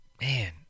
Man